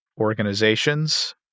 organizations